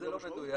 זה לא מדויק,